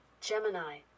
Gemini